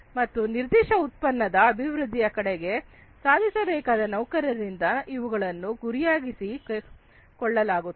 ಮತ್ತು ನಿರ್ದಿಷ್ಟ ಉತ್ಪನ್ನದ ಅಭಿವೃದ್ಧಿಯ ಕಡೆಗೆ ಸಾಧಿಸಬೇಕಾದ ನೌಕರರಿಂದ ಇವುಗಳನ್ನು ಗುರಿಯಾಗಿರಿಸಿ ಕೊಳ್ಳಲಾಗುತ್ತದೆ